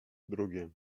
drugie